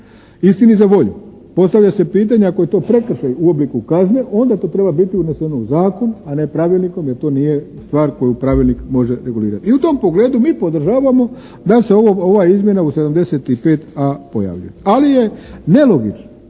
I u tom pogledu mi podržavamo da se ova izmjena u 75.a pojavi. Ali je nelogično,